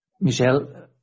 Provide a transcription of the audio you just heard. Michel